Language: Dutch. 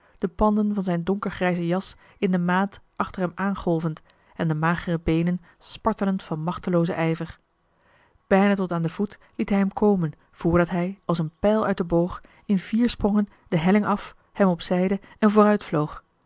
de panden van zijn donker grijze jas in de maat achter hem aan golvend en de magere beenen spartelend van machteloozen ijver bijna tot aan den voet liet hij hem komen voordat hij als een pijl uit den boog in vier sprongen de helling af hem op zijde en vooruit vloog